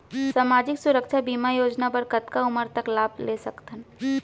सामाजिक सुरक्षा बीमा योजना बर कतका उमर तक लाभ ले सकथन?